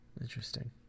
interesting